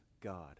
God